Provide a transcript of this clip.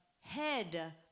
head